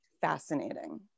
fascinating